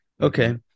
Okay